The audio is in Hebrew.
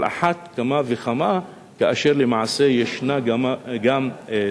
על אחת כמה וכמה כאשר למעשה ישנה גם "סנקציה"